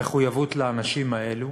המחויבות לאנשים האלה